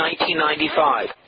1995